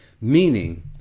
meaning